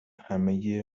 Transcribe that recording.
همهی